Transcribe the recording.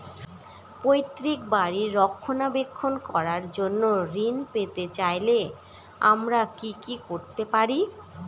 পৈত্রিক বাড়ির রক্ষণাবেক্ষণ করার জন্য ঋণ পেতে চাইলে আমায় কি কী করতে পারি?